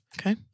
Okay